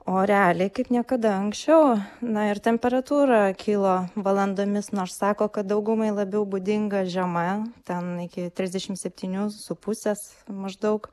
o realiai kaip niekada anksčiau na ir temperatūra kilo valandomis nors sako kad daugumai labiau būdinga žema ten iki trisdešimt septynių su pusės maždaug